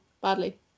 badly